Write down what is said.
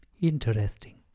Interesting